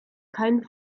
kein